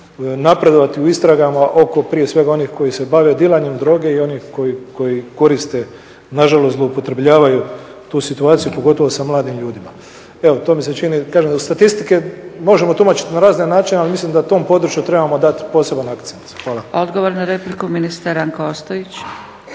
napredovati u istragama oko prije svega onih koji se bave dilanjem droge i onim koji koriste, nažalost zloupotrjebljavaju tu situaciju pogotovo sa mladim ljudima. Evo to mi se čini, kažem statistike možemo tumačiti na razne načine ali mislim da tom području trebamo dati poseban akcent. Hvala. **Zgrebec, Dragica (SDP)** Odgovor na repliku ministar Ranko Ostojić.